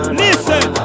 listen